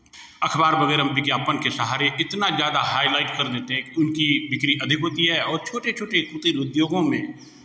अखबार वगैरह में विज्ञापन के सहारे इतना ज़्यादा हाईलाइट कर देते हैं कि उनकी बिक्री अधिक होती है और छोटे छोटे कुटिर उद्योगों में